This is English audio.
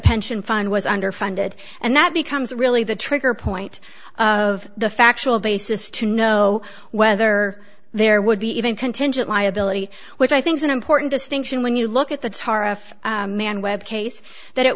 pension fund was underfunded and that becomes really the trigger point of the factual basis to know whether there would be even contingent liability which i think is an important distinction when you look at the man web case that it